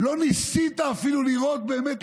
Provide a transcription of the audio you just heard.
לא ניסית אפילו לראות באמת,